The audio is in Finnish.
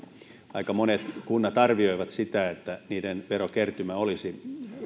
aika monet kunnat arvioivat että niiden verokertymä olisi